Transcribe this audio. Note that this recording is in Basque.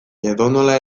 edonola